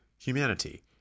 humanity